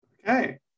Okay